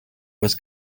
was